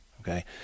Okay